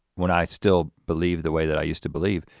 when i still believe the way that i used to believe.